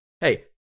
Hey